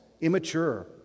immature